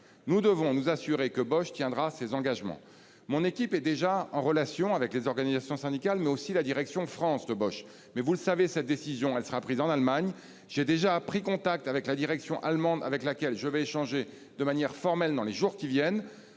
nous devons nous assurer que Bosch tiendra ses engagements. Mon équipe est déjà en relation avec les organisations syndicales, mais aussi avec la direction de Bosch en France. Toutefois, vous le savez, cette décision sera prise en Allemagne. Je suis déjà entré en contact avec la direction allemande, avec laquelle j'échangerai de manière formelle dans les jours à venir.